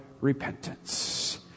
repentance